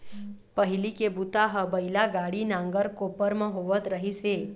पहिली के बूता ह बइला गाड़ी, नांगर, कोपर म होवत रहिस हे